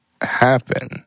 happen